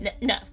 No